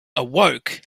awoke